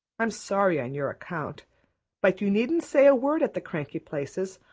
i'm sorry on your account but you needn't say a word at the cranky places.